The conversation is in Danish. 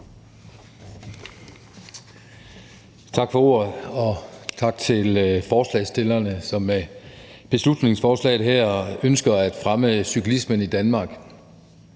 Tak for ordet, og tak til forslagsstillerne, som med beslutningsforslaget her ønsker at fremme cyklismen i Danmark.